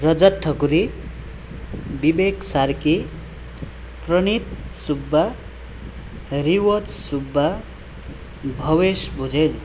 Rajat Thakuri Vivek Sarki Praneet Subba Riwaj Subba Bhavesh Bhujel